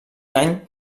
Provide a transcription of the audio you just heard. any